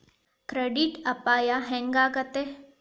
Credit ಅಪಾಯಾ ಹೆಂಗಾಕ್ಕತೇ?